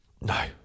No